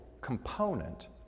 component